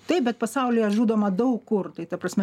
taip bet pasaulyje žudoma daug kur tai ta prasme